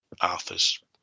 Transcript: Arthur's